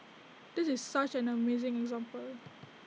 this is such an amazing example